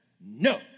no